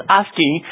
asking